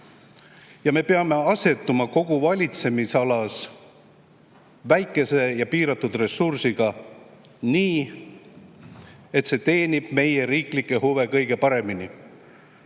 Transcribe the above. Me peame asetuma kogu valitsemisalas oma väikese ja piiratud ressursiga nii, et see teenib meie riiklikke huve kõige paremini.